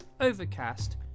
Overcast